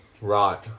Right